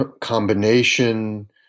combination